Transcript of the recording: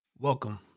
Welcome